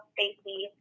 Stacy